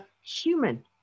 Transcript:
human